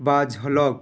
ବା ଝଲକ